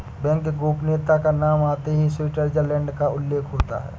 bank गोपनीयता का नाम आते ही स्विटजरलैण्ड का उल्लेख होता हैं